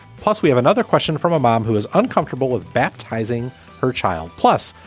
plus, we have another question from a mom who is uncomfortable with baptizing her child plus,